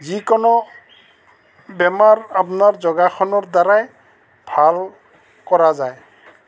যিকোনো বেমাৰ আপোনাৰ যোগাসনৰ দ্বাৰাই ভাল কৰা যায়